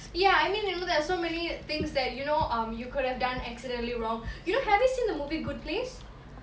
ya I mean you know there are so many things that you know um you could have done accidentally wrong you know have you seen the movie good place